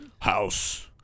House